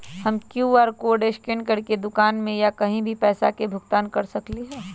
हम QR code scan करके दुकान में या कहीं भी पैसा के भुगतान कर सकली ह?